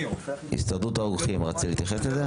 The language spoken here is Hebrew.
הסתדרות הרוקחים, רוצה להתייחס לזה?